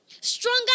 Stronger